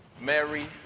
Mary